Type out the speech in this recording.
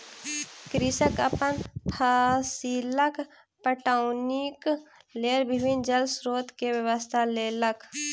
कृषक अपन फसीलक पटौनीक लेल विभिन्न जल स्रोत के व्यवस्था केलक